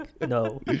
no